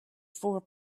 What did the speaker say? four